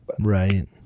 Right